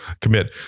commit